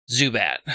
Zubat